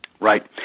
Right